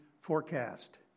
forecast